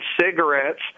cigarettes